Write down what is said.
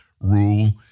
rule